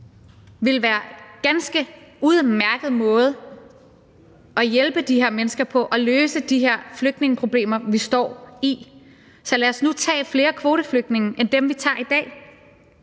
ville være en ganske udmærket måde at hjælpe de her mennesker og løse de her flygtningeproblemer, vi står i, på. Så lad os nu tage flere kvoteflygtninge end dem, vi tager i dag,